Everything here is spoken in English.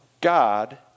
God